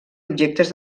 objectes